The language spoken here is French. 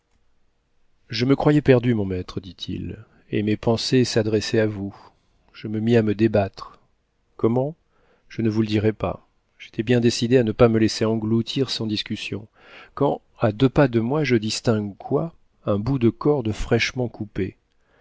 je me croyais perdu mon maître dit-il et mes pensées s'adressaient à vous je me mis à me débattre comment je ne vous le dirai pas j'étais bien décidé à ne pas me laisser engloutir sans discussion quand à deux pas de moi je distingue quoi un bout de corde fraîchement coupée